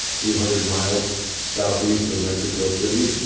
two hundred miles southeast of mexico city.